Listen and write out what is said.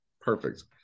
Perfect